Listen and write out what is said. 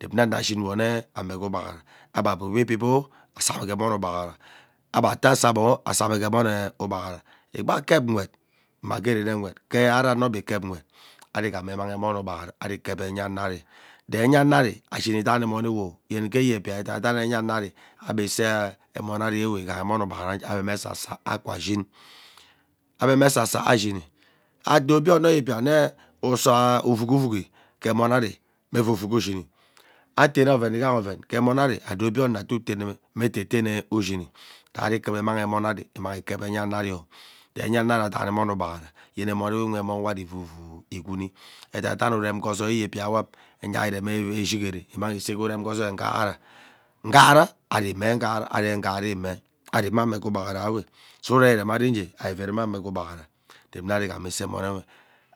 Inep nne ano ushinwo mme ame ghaa ugbaghara abe bibwo ibib oo asame ghee emon ugbaghara, agba ataa asagbo asame ghee emone ugbghara agba ataa asa gboo asseme ghee enyone ughaghara egbi akep nwet mma gee rene nwet ghee ari ano be ikep ari ghama imang emone ugbaghara ari ighame ikep enya ano ari dee enya awo ari ashin idami emonewo yen ke yebia ededan enya amo ari ebe isae emonawe ighaha emon ugbaghara ebe mee esasa akwaa shin ebe mme esasa ashini ado obie yebia innee. usaa uvuk, uvuk uvuki ke emon emon ari mme evuk evuk ushini ateme oven ighaha oven ghee emon ari ado obie ono atee, uteneme me etetene ushini sairi kuva imang emon ari ikep enya ano ari oh see ennyawo ari adam emone ugbaghara yene emonewe mme emon nwe ari ivu, ivu-vu igwuni edaidene uvem ghee ozoi ye pia ewam ari rege reme eshigere imeng see urem ghe ozoi nghara. Nghara ari mme nghara ari nghara mme ari mmeme ghee ugbaghara ewe sughuren iremari ighee ari vurume mame ghee ugbaghara inep nnah ari ighama isaa emonewe